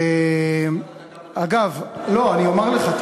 אני אשלח לך,